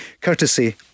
courtesy